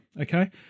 okay